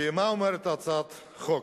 מה אומרת הצעת החוק?